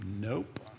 nope